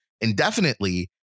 indefinitely